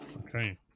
Okay